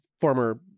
former